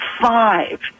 five